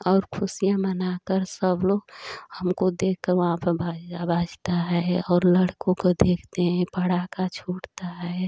और खुशियाँ मना कर सब लोग हमको देख कर वहाँ पर बाजा बाजता है और लड़कों को देखते हैं पड़ाका छूटता है